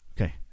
Okay